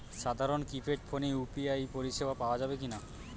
সাধারণ কিপেড ফোনে ইউ.পি.আই পরিসেবা পাওয়া যাবে কিনা?